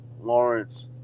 Lawrence